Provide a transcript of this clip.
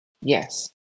yes